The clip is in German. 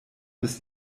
bis